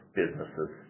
businesses